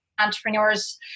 entrepreneurs